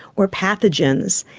or pathogens.